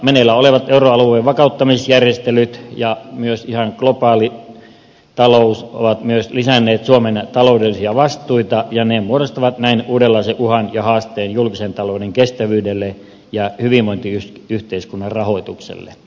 meneillään olevat euroalueen vakauttamisjärjestelyt ja myös ihan globaali talous ovat myös lisänneet suomen taloudellisia vastuita ja ne muodostavat näin uudenlaisen uhan ja haasteen julkisen talouden kestävyydelle ja hyvinvointiyhteiskunnan rahoitukselle